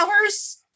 hours